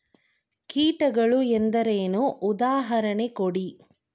ಕೀಟಗಳು ಎಂದರೇನು? ಉದಾಹರಣೆ ಕೊಡಿ?